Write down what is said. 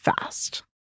fast